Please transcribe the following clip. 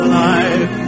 life